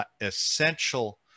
essential